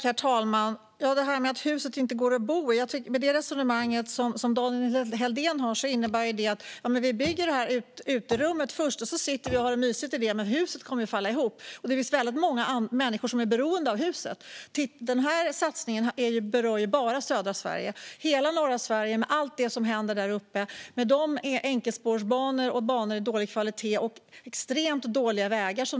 Herr talman! Det resonemang som Daniel Helldén har om att huset inte går att bo i innebär att vi bygger uterummet först och sitter och har det mysigt i det medan huset faller ihop. Men det finns många människor som är beroende av huset. Den här satsningen berör ju bara södra Sverige, inte norra Sverige med allt som händer där. I norra Sverige finns enkelspårsbanor, banor med dålig kvalitet och extremt dåliga vägar.